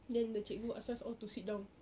then the cikgu asked us all to sit down